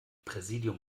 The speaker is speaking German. präsidium